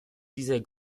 dieser